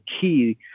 key